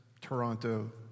Toronto